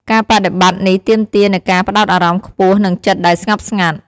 ការបដិបត្តិនេះទាមទារនូវការផ្តោតអារម្មណ៍ខ្ពស់និងចិត្តដែលស្ងប់ស្ងាត់។